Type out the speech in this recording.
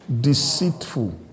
deceitful